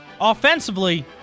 offensively